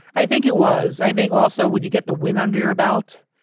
i think it was. i think also when you get the wind under your belt,